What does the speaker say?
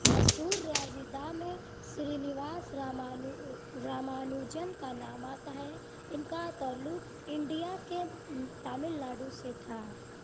مشہور ریاضی دان میں سری نواس رامانو رامانوجن کا نام آتا ہے ان کا تعلق انڈیا کے تمل ناڈو سے تھا